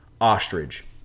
ostrich